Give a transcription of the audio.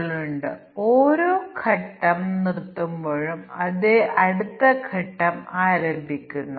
തുടർന്ന് ഇവ ഓരോന്നും ടെസ്റ്റ് കേസായി മാറുന്നു